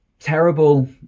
terrible